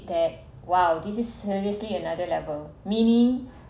that !wow! this is seriously another level meaning